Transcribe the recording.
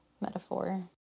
metaphor